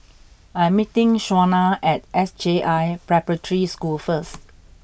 I'm meeting Shauna at S J I Preparatory School first